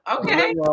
Okay